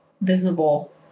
visible